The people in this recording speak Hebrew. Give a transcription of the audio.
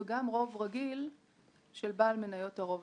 וגם רוב רגיל של בעל מניות הרוב.